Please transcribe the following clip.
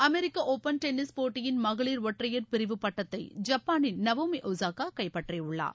American Open tennis போட்டியின் மகளிர் ஒற்றையர் பிரிவுப்பட்டத்தை ஜப்பான் நவோமி ஒசாக்கா கைப்பற்றியுள்ளார்